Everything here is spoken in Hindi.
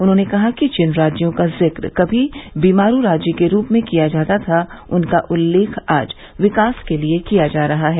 उन्होंने कहा कि जिन राज्यों का जिक्र कभी बीमारू राज्य के रूप में किया जाता था उनका उल्लेख आज विकास के लिए किया जा रहा है